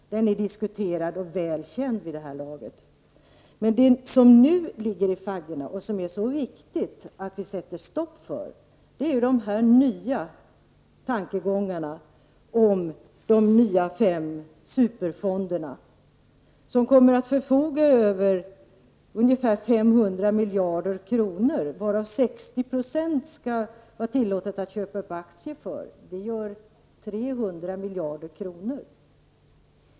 Den är diskuterad och väl känd vid det här laget. Nu är det däremot mycket viktigt att vi sätter stopp för de nya tankegångarna om de nya fem superfonderna som skall förfoga över ungefär 500 miljarder krono, varav det skall vara tillåtet att köpa aktier för 60 %. Det gäller 300 miljarder kronor.